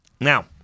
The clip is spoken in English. Now